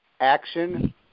Action